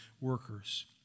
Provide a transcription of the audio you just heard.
workers